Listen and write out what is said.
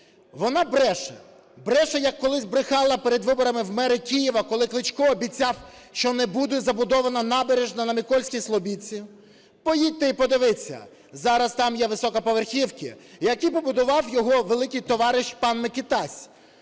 Вона бреше. Бреше, як колись брехала перед виборами в мери Києва, коли Кличко обіцяв, що не буде забудована набережна на Микільській Слобідці. Поїдьте і подивіться: зараз там є високоповерхівки, які побудував його великий товариш пан Микитась.